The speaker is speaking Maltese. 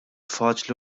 faċli